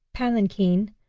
palanquin,